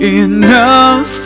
enough